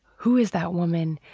who is that woman?